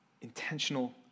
intentional